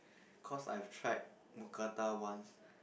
cause I've tried Mookata once